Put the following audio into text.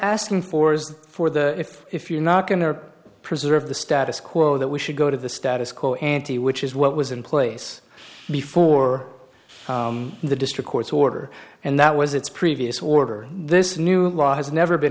asking for is for the if if you're not going to preserve the status quo that we should go to the status quo ante which is what was in place before the district court's order and that was its previous order this new law has never been